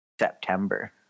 September